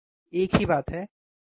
एक ही बात है है ना